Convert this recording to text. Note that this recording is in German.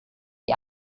die